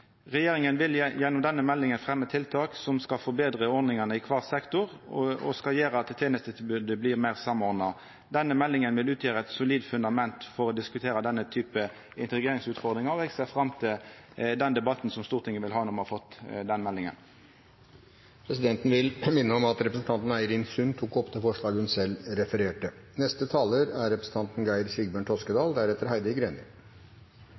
Regjeringa vil gjennom denne meldinga fremja tiltak som skal forbetra ordningane i kvar sektor, og skal gjera at tenestetilbodet blir meir samordna. Denne meldinga vil utgjera eit solid fundament for å diskutera denne typen integreringsutfordringar, og eg ser fram til den debatten som Stortinget vil ha når me har fått meldinga. Kristelig Folkeparti støtter intensjonen som forslagsstillerne har i denne saken, om